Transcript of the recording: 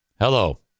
hello